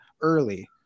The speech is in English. early